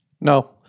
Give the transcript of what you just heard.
No